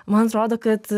man atrodo kad